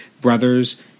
brothers